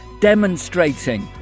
demonstrating